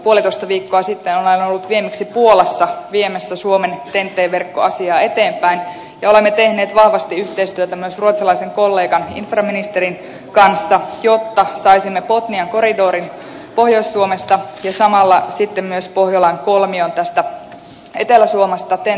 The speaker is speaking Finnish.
puolitoista viikkoa sitten olen ollut viimeksi puolassa viemässä suomen ten t verkkoasiaa eteenpäin ja olemme tehneet vahvasti yhteistyötä myös ruotsalaisen kollegan infraministerin kanssa jotta saisimme botnian korridorin pohjois suomesta ja samalla sitten myös pohjolan kolmion tästä etelä suomesta ten t verkkoon